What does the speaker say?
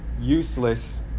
useless